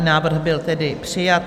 Návrh byl tedy přijat.